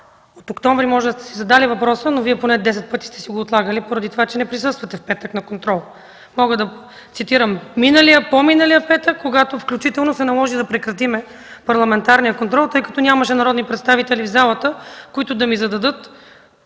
октомври може да сте си задали въпроса, но Вие поне десет пъти сте си го отлагали поради това, че не присъствате в петък на контрол. Мога да цитирам миналия, по-миналия петък, когато се наложи да прекратим парламентарния контрол, тъй като нямаше народни представители в залата, които да ми зададат